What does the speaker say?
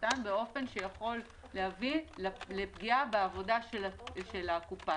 באופן שיכול להביא לפגיעה בעבודה של הקרן.